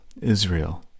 Israel